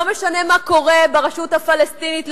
לא משנה מה קורה ברשות הפלסטינית,